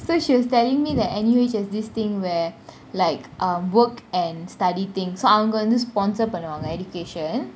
so she was telling me that N_U_H has this thing where like um work and study thing so I'm going to sponsor பண்ணுவாங்க :panuvanga education